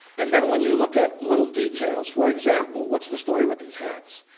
and then when you look at little details, for example, what's the story with these hats?